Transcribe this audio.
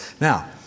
Now